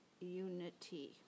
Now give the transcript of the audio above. unity